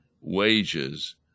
wages